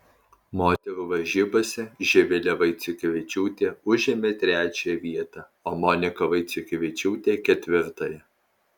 moterų varžybose živilė vaiciukevičiūtė užėmė trečiąją vietą o monika vaiciukevičiūtė ketvirtąją